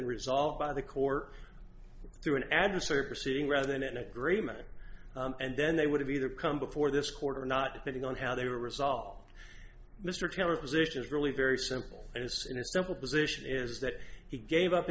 been resolved by the court through an adversary proceeding rather than an agreement and then they would have either come before this court or not getting on how they were resolved mr taylor position is really very simple it is in a simple position is that he gave up